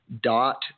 dot